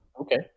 Okay